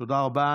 תודה רבה.